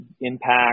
impact